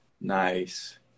Nice